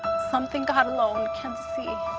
something god alone can see.